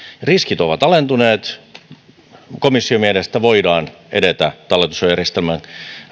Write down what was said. riskit ovat alentuneet ja komission mielestä voidaan edetä talletussuojajärjestelmän